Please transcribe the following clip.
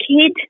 kid